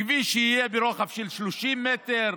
כביש שיהיה ברוחב של 30 מטר,